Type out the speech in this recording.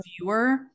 viewer